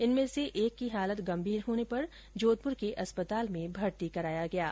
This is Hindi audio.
इनमें से एक की हालत गंभीर होने पर जोधपुर के अस्पताल में भर्ती कराया गया है